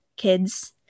kids